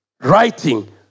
writing